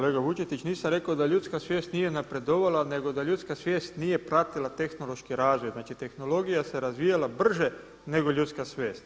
Kolega Vučetić, nisam rekao da ljudska svijest nije napredovala nego da ljudska svijest nije pratila tehnološki razvoj, znači tehnologija se razvijala brže nego ljudska svijest.